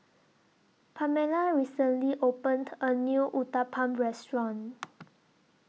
Pamella recently opened A New Uthapam Restaurant